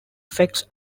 effects